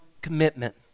commitment